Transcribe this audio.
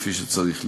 כפי שצריך להיות.